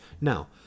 now